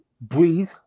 breathe